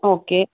okay